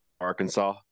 Arkansas